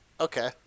Okay